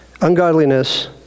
ungodliness